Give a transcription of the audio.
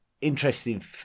interesting